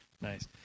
Nice